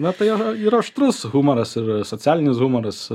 na tai yra ir aštrus humoras ir socialinis humoras